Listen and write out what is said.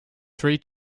three